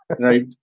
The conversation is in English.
Right